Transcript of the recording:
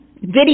Video